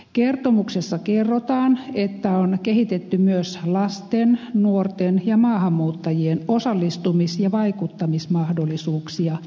kertomuksessa kerrotaan että on kehitetty myös lasten nuorten ja maahanmuuttajien osallistumis ja vaikuttamismahdollisuuksia monin tavoin